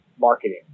marketing